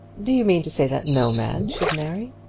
do you mean to say that no man should marry?